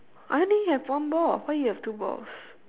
I only have one ball why you have two balls